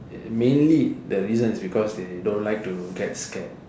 mainly the reason is because they don't like to get scared